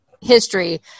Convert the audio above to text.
history